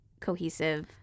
cohesive